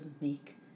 make